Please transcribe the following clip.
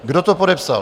Kdo to podepsal?